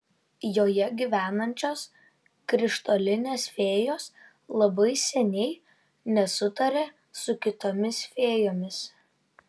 joje gyvenančios krištolinės fėjos labai seniai nesutaria su kitomis fėjomis